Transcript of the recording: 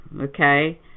okay